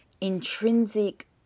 intrinsic